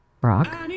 Brock